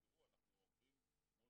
אנחנו עובדים מול